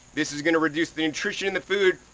this is gonna reduce the nutrition in the food,